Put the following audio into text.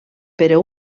però